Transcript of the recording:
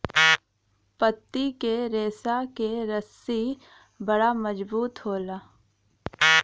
पत्ती के रेशा क रस्सी बड़ा मजबूत होला